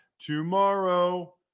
tomorrow